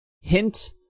Hint